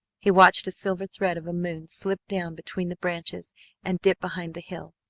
he watched a silver thread of a moon slip down between the branches and dip behind the hill,